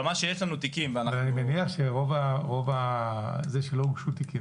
אני מניח שרוב המקרים בהם לא הוגשו תיקים,